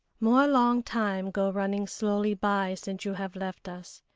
more long time go running slowly by since you have left us,